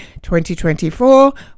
2024